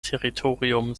territorium